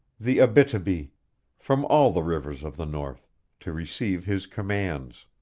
the abitibi from all the rivers of the north to receive his commands.